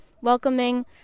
welcoming